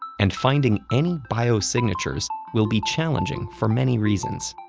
and finding any biosignatures will be challenging for many reasons.